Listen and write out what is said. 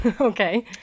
Okay